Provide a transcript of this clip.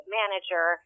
manager